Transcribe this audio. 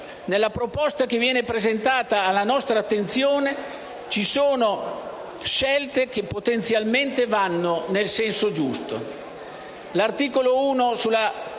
nella proposta che viene presentata alla nostra attenzione ci sono scelte che potenzialmente vanno nel senso giusto.